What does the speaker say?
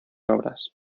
obras